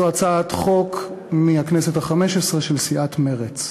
זו הצעת חוק מהכנסת החמש-עשרה של סיעת מרצ.